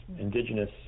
indigenous